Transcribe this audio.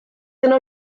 yno